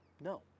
No